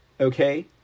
okay